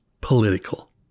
political